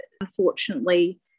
Unfortunately